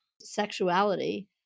sexuality